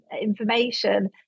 information